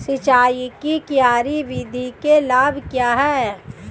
सिंचाई की क्यारी विधि के लाभ क्या हैं?